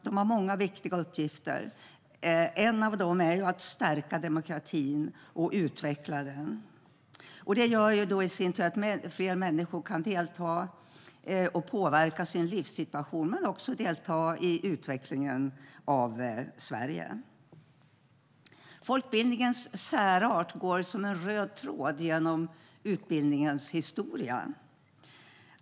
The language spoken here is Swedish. De har många viktiga uppgifter. En av dem är att stärka demokratin och utveckla den. Det gör i sin tur att fler människor kan delta och påverka sin livssituation och också delta i utvecklingen av Sverige. Folkbildningens särart går som en röd tråd genom utbildningens historia.